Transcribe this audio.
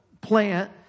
plant